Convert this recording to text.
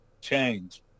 change